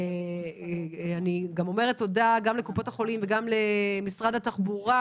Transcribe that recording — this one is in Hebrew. אני אומרת תודה גם לקופות החולים וגם למשרד התחבורה,